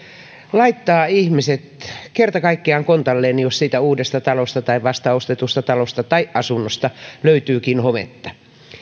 laittaa ihmiset kerta kaikkiaan kontalleen jos siitä uudesta talosta tai vasta ostetusta talosta tai asunnosta löytyykin hometta